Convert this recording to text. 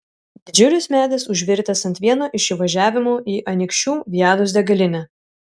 didžiulis medis užvirtęs ant vieno iš įvažiavimų į anykščių viados degalinę